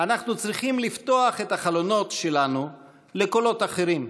אנחנו צריכים לפתוח את החלונות שלנו לקולות אחרים,